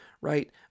right